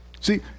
See